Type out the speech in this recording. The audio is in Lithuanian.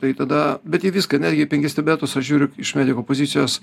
tai tada bet į viską netgi į penkis tibetus aš žiūriu iš mediko pozicijos